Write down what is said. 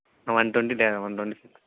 one twenty K one twenty